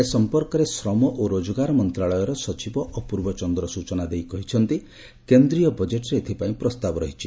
ଏ ସମ୍ପର୍କରେ ଶ୍ରମ ଓ ରୋଜଗାର ମନ୍ତ୍ରଶାଳୟର ସଚିବ ଅପୂର୍ବ ଚନ୍ଦ୍ର ସୂଚନାଦେଇ କହିଛନ୍ତି ଯେ କେନ୍ଦ୍ରୀୟ ବଜେଟ୍ରେ ଏଥିପାଇଁ ପ୍ରସ୍ତାବ ରହିଛି